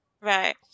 Right